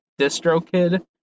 DistroKid